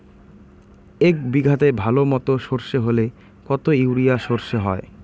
এক বিঘাতে ভালো মতো সর্ষে হলে কত ইউরিয়া সর্ষে হয়?